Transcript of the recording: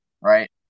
Right